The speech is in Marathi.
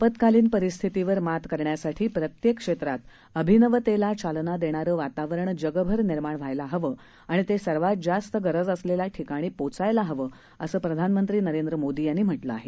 आपत्कालीन परिस्थितींवर मात करण्यासाठी प्रत्येक क्षेत्रात अभिनवतेला चालना देणारं वातावरण जगभर निर्माण व्हायला हवं आणि ते सर्वात जास्त गरज असलेल्या ठिकाणी पोचायला हवं असं प्रधानमंत्री नरेंद्र मोदी यांनी म्हटलं आहे